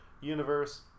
universe